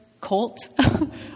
cult